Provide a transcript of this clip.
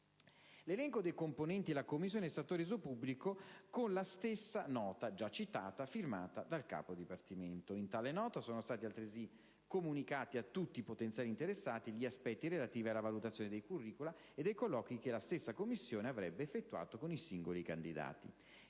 L'elenco dei componenti la Commissione è stato reso pubblico con la stessa nota, già citata, firmata dal capo dipartimento. In tale nota sono stati altresì comunicati a tutti i potenziali interessati gli aspetti relativi alla valutazione dei *curricula* e dei colloqui che la stessa commissione avrebbe effettuato con i singoli candidati.